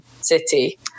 City